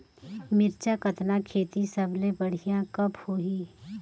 मिरचा कतना खेती सबले बढ़िया कब होही?